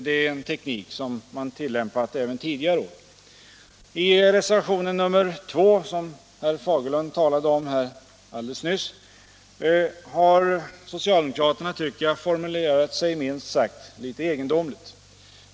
Det är en teknik som har tillämpats även tidigare år. I reservationen 2, som herr Fagerlund talade om alldeles nyss, har socialdemokraterna, tycker jag, formulerat sig minst sagt egendomligt.